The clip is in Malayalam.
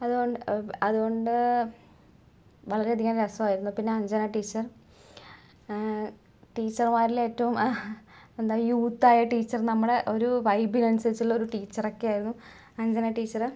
അതുകൊണ്ട് അതുകൊണ്ട് വളരെയധികം രസമായിരുന്നു പിന്നെ അഞ്ജന ടീച്ചർ ടീച്ചറമ്മാരിൽ ഏറ്റവും എന്താ യൂത്തായ ടീച്ചർ നമ്മടെ ഒരു വൈബിനനുസരിച്ചുള്ള ഒരു ടീച്ചറൊക്കെയായിരുന്നു അഞ്ജന ടീച്ചറ്